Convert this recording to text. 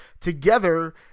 together